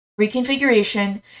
reconfiguration